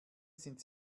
sind